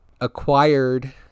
acquired